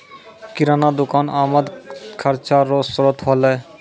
किराना दुकान आमद खर्चा रो श्रोत होलै